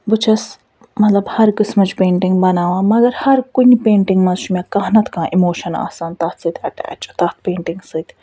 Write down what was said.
بہٕ چھَس مطلب ہر قٕسمٕچ پیٚنٹِنٛگ بناوان مگر ہر کُنہِ پیٚنٹِنٛگ منٛز چھُ مےٚ کانٛہہ نَتہٕ کانٛہہ اِموشن آسان تتھ سۭتۍ اٹٮ۪چ تتھ پیٚنٹِنٛگ سۭتۍ